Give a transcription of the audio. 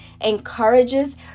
encourages